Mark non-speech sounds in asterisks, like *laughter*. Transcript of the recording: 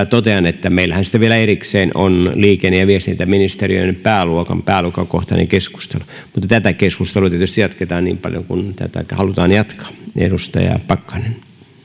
*unintelligible* totean että meillähän on vielä erikseen liikenne ja viestintäministeriön pääluokkakohtainen keskustelu mutta tätä keskustelua tietysti jatketaan niin paljon kuin tätä halutaan jatkaa edustaja pakkanen